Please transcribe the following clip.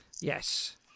Yes